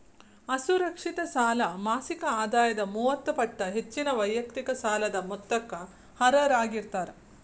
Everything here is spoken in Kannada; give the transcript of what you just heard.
ಅಸುರಕ್ಷಿತ ಸಾಲ ಮಾಸಿಕ ಆದಾಯದ ಮೂವತ್ತ ಪಟ್ಟ ಹೆಚ್ಚಿನ ವೈಯಕ್ತಿಕ ಸಾಲದ ಮೊತ್ತಕ್ಕ ಅರ್ಹರಾಗಿರ್ತಾರ